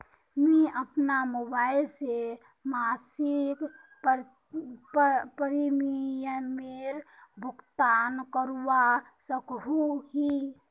मुई अपना मोबाईल से मासिक प्रीमियमेर भुगतान करवा सकोहो ही?